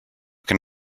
can